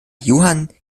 johann